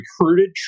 recruited